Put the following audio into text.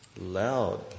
loud